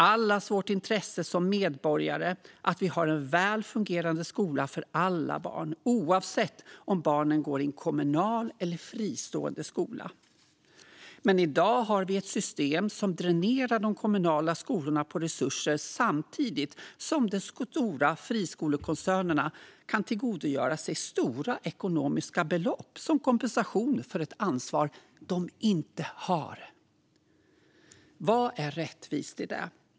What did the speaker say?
Att vi har en väl fungerande skola för alla barn, oavsett om barnen går i en kommunal eller fristående skola, är allas vårt intresse som medborgare. Men i dag har vi ett system som dränerar de kommunala skolorna på resurser samtidigt som de stora friskolekoncernerna kan tillgodogöra sig stora ekonomiska belopp som kompensation för ett ansvar de inte har. Vad är rättvist i det?